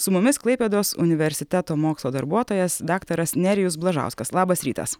su mumis klaipėdos universiteto mokslo darbuotojas daktaras nerijus blažauskas labas rytas